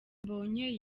mbonyi